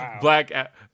black